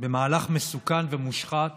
במהלך מסוכן ומושחת